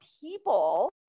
people